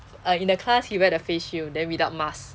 like in the class he wear the face shield then without mask